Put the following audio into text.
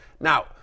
Now